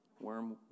Worm